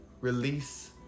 release